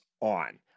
on